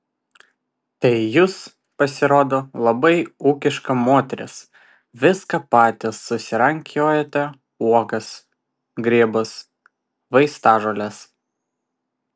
tai jūs pasirodo labai ūkiška moteris viską pati susirankiojate uogas grybus vaistažoles